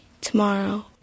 tomorrow